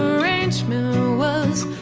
arrangement was.